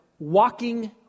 walking